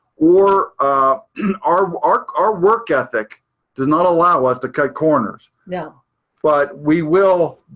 or our work our work ethic does not allow us to cut corners. yeah but we will.